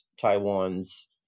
Taiwan's